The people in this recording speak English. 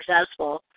successful